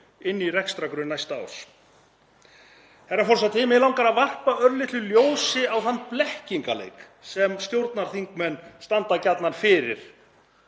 inn í rekstrargrunn næsta árs. Herra forseti. Mig langar að varpa örlitlu ljósi á þann blekkingaleik sem stjórnarþingmenn standa gjarnan fyrir